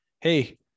Hey